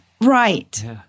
Right